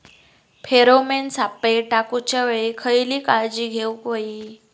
Pheromone सापळे टाकूच्या वेळी खयली काळजी घेवूक व्हयी?